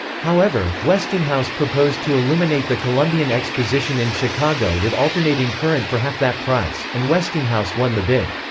however, westinghouse proposed to illuminate the columbian exposition in chicago with alternating current for half that price, and westinghouse won the bid.